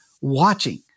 watching